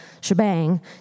shebang